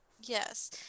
Yes